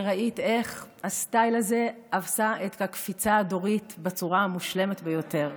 וראית איך הסטייל הזה עשה את הקפיצה הדורית בצורה המושלמת ביותר.